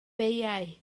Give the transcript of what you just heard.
beiau